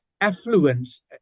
affluence